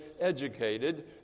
educated